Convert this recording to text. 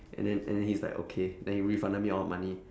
and then and then he's like okay then he refunded me all money